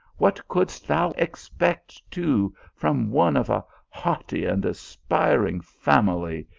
what couldst thou expect, too, from one of a haughty and aspiring family,